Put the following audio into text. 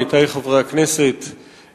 עמיתי חברי הכנסת,